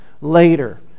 later